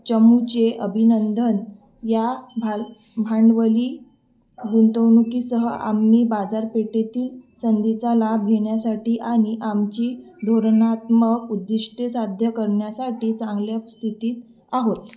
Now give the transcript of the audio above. चमूचे अभिनंंदन या भाल भांडवली गुंतवणुकीसह आम्ही बाजारपेठेतील संधीचा लाभ घेण्यासाठी आणि आमची धोरणात्मक उद्दिष्टे साध्य करण्यासाठी चांगल्या स्थितीत आहोत